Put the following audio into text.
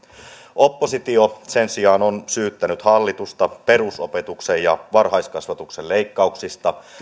oppositio sen sijaan on syyttänyt hallitusta perusopetuksen ja varhaiskasvatuksen leikkauksista